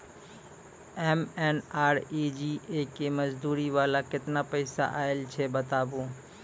MNREGA के मज़दूरी वाला केतना पैसा आयल छै बताबू?